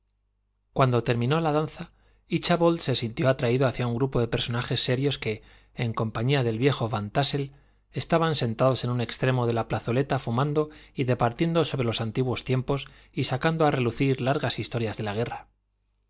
cuando terminó la danza íchabod se sintió atraído hacia un grupo de personajes serios que en compañía del viejo van tássel estaban sentados en un extremo de la plazoleta fumando y departiendo sobre los antiguos tiempos y sacando a relucir largas historias de la guerra en